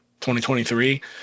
2023